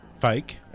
fake